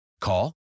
Call